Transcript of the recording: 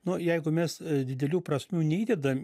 nu jeigu mes didelių prasmių neįdedam